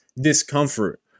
discomfort